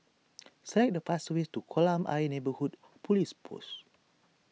select the fastest way to Kolam Ayer Neighbourhood Police Post